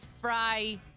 fry